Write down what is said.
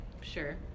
Sure